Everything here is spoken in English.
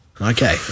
Okay